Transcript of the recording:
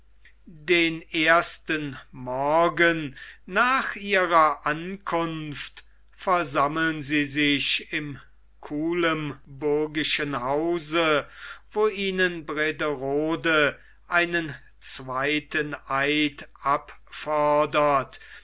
den ersten morgen nach ihrer ankunft versammeln sie sich im kuilemburgischen hause wo ihnen brederode einen zweiten eid abfordert